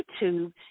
YouTube